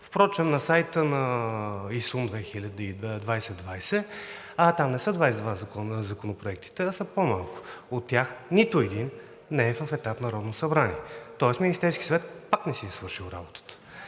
Впрочем на сайта на ИСУН 2020, а там не са 22 законопроектите, а са по-малко, от тях нито един не е в етап Народно събрание, тоест Министерският съвет пак не си е свършил работата.